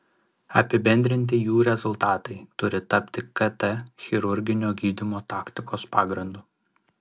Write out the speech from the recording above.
apibendrinti jų rezultatai turi tapti kt chirurginio gydymo taktikos pagrindu